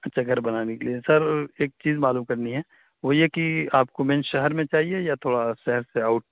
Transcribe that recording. اچھا گھر بنانے کے لیے سر ایک چیز معلوم کرنی ہے وہ یہ کہ آپ کو مین شہر میں چاہیے یا تھوڑا شہر سے آؤٹ